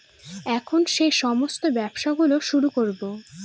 এখন সেই সমস্ত ব্যবসা গুলো শুরু করবো